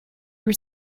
were